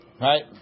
right